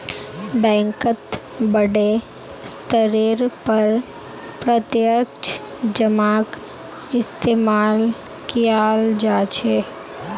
बैंकत बडे स्तरेर पर प्रत्यक्ष जमाक इस्तेमाल कियाल जा छे